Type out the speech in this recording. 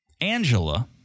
Angela